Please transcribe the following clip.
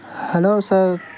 hello sir